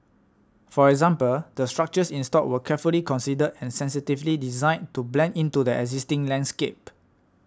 for example the structures installed were carefully considered and sensitively designed to blend into the existing landscape